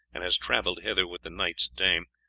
and has travelled hither with the knight's dame,